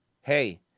hey